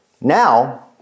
now